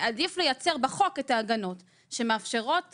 עדיף לייצר בחוק את ההגנות שמאפשרות